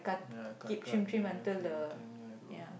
ya cut cut ya